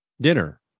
dinner